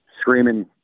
screaming